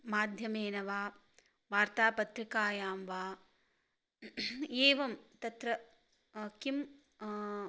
माध्यमेन वा वार्तापत्रिकायां वा एवं तत्र किं